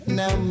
now